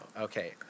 Okay